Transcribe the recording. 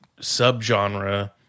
subgenre